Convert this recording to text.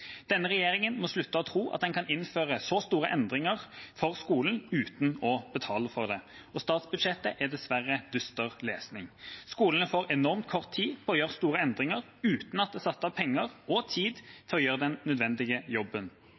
Denne regjeringen må slutte å tro at den kan innføre så store endringer for skolen uten å betale for det, og statsbudsjettet er dessverre dyster lesning. Skolene får enormt kort tid til å gjøre store endringer, uten at det er satt av penger og tid til å gjøre den nødvendige jobben.